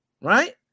right